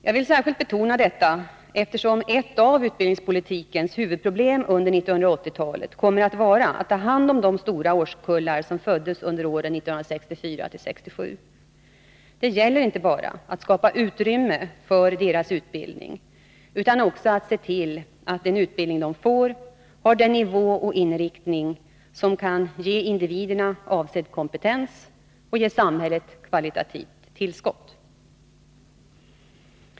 Jag vill särskilt betona detta, eftersom ett av utbildningspolitikens huvudproblem under 1980-talet kommer att vara att ta hand om de stora årskullar som föddes under åren 1964-1967. Det gäller inte bara att skapa utrymme för deras utbildning utan också att se till att den utbildning de får har den nivå och den inriktning som kan ge individerna avsedd kompetens och ge samhället ett kvalitativt tillskott.